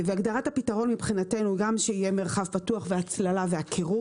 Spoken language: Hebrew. והגדרת הפתרון מבחינתנו גם שיהיה מרחב פתוח והצללה והקירור